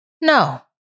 No